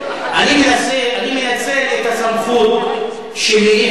אני מנצל את הסמכות שלי,